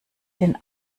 den